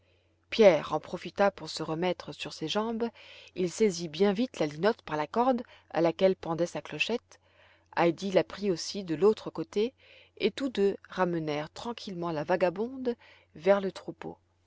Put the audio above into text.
pierre en profita pour se remettre sur ses jambes il saisit bien vite la linotte par la corde à laquelle pendait sa clochette heidi la prit aussi de l'autre côté et tous deux ramenèrent tranquillement la vagabonde vers le troupeau